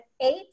eight